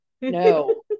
no